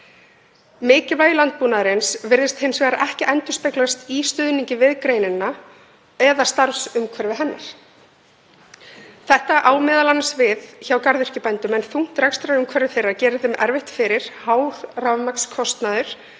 Mikilvægi landbúnaðarins virðist hins vegar ekki endurspeglast í stuðningi við greinina eða starfsumhverfi hennar. Þetta á m.a. við hjá garðyrkjubændum en þungt rekstrarumhverfi þeirra gerir þeim erfitt fyrir. Hár rafmagnskostnaður